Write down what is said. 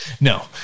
No